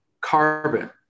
carbon